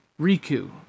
Riku